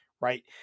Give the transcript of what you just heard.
right